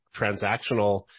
transactional